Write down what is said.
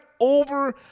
over